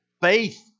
Faith